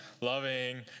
loving